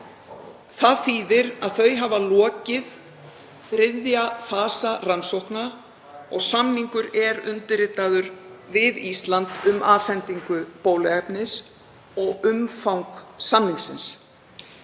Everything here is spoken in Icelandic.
Það þýðir að þau hafa lokið þriðja fasa rannsókna og samningur er undirritaður við Ísland um afhendingu bóluefnis og umfang samningsins.